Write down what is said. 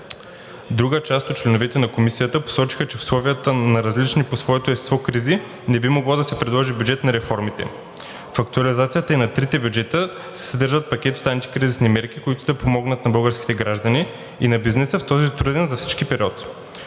Друга част от членовете на Комисията посочиха, че в условията на различни по своето естество кризи не би могло да се предложи бюджет на реформите. В актуализацията и на трите бюджета се съдържа пакет от антикризисни мерки, които да помогнат на българските гражданите и на бизнеса в този труден за всички период.